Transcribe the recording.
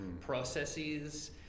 processes